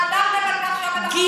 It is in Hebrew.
חתמתם על כך שיום למוחרת,